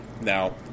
Now